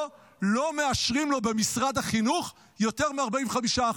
לא מאשרים לו במשרד החינוך יותר מ-45%.